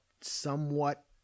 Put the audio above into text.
somewhat